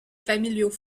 familiaux